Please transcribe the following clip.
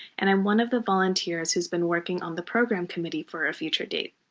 and i'm one of the volunteers who's been working on the program committee for a future date.